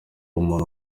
umuntu